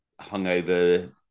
hungover